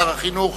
שר החינוך